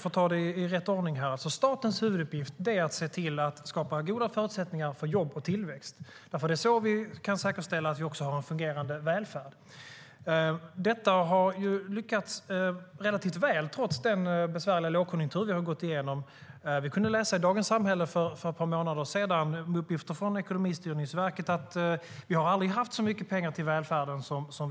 För att ta det i rätt ordning: Statens huvuduppgift är att se till att skapa goda förutsättningar för jobb och tillväxt. Det är så vi kan säkerställa att vi har en fungerande välfärd. Detta har lyckats relativt väl, trots den besvärliga lågkonjunktur vi har gått igenom. Dagens Samhälle publicerade för ett par månader sedan uppgifter från Ekonomistyrningsverket om att vi aldrig har haft så mycket pengar till välfärden som nu.